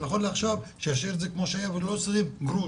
נכון לעכשיו שישאיר את זה כמו שהיה ולא להוסיף אפילו גרוש.